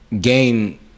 gain